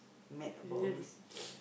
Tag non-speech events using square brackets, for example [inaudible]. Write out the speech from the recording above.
mad about all this [noise]